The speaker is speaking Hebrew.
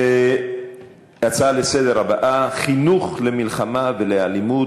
להצעות לסדר-היום הבאות: חינוך למלחמה ולאלימות,